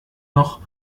noch